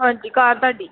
ਹਾਂਜੀ ਕਾਰ ਤੁਹਾਡੀ